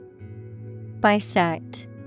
Bisect